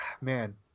man